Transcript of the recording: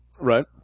Right